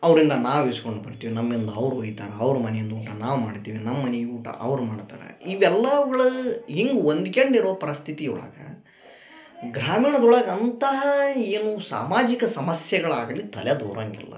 ಅವರಿಂದ ನಾವು ಇಸ್ಕೊಂಡ್ಬರ್ತೀವಿ ನಮ್ಮಿಂದ ಅವ್ರು ವೋಯ್ತಾರ ಅವ್ರ ಮನೆಯಿಂದ ಊಟ ನಾವು ಮಾಡ್ತೀವಿ ನಮ್ಮನೆ ಊಟ ಅವ್ರು ಮಾಡ್ತಾರೆ ಇವೆಲ್ಲವುಗಳಲ್ಲಿ ಈ ಹೊಂದ್ಕ್ಯಂಡಿರುವ ಪರಿಸ್ಥಿತಿಯೊಳಗೆ ಗ್ರಾಮೀಣದೊಳಗೆ ಅಂತಹ ಏನು ಸಾಮಾಜಿಕ ಸಮಸ್ಯೆಗಳಾಗಲಿ ತಲೆದೂರಂಗಿಲ್ಲ